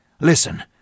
Listen